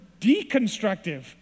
deconstructive